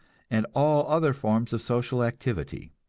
and all other forms of social activity.